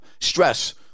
stress